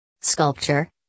Sculpture